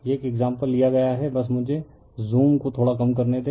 यह एक एक्साम्पल लिया गया है बस मुझे ज़ूम को थोड़ा कम करने दें